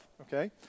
okay